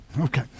Okay